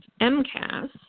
MCAS